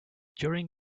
during